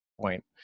point